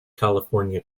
california